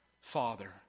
Father